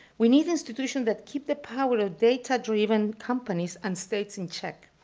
we need institutions that keep the power of data-driven companies and states in check.